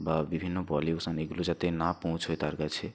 বা বিভিন্ন পলিউশন এগুলো যাতে না পৌঁছায় তার কাছে